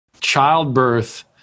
Childbirth